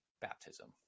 baptism